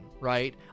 right